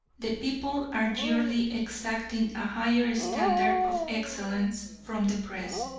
the people are yearly exacting a higher standard of excellence from the press,